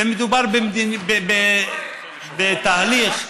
מדובר בתהליך,